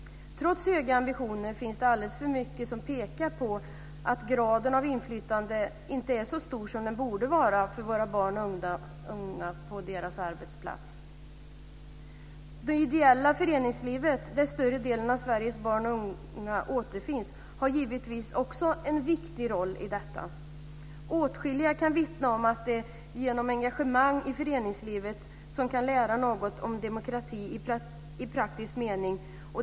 Trots höga ambitioner finns det alldeles för mycket som pekar på att graden av inflytande inte är så stor som den borde vara för våra barn och ungdomar på deras arbetsplats. Det ideella föreningslivet, där större delen av Sveriges barn och unga återfinns, har givetvis också en viktig roll i detta. Åtskilliga kan vittna om att det är genom engagemang i föreningslivet som man kan lära något om demokrati i praktisk mening.